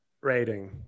rating